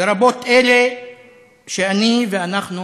לרבות אלה שאני ואנחנו